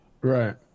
right